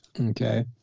okay